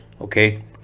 Okay